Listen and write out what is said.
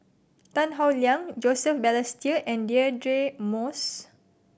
Tan Howe Liang Joseph Balestier and Deirdre Moss